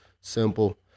simple